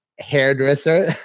hairdresser